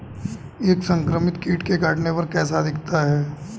एक संक्रमित कीट के काटने पर कैसा दिखता है?